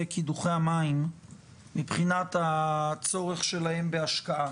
קידוחי המים מבחינת הצורך שלהם בהשקעה.